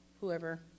whoever